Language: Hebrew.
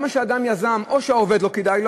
או שלעובד לא כדאי,